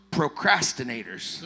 procrastinators